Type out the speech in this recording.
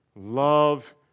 Love